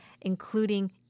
including